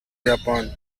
japan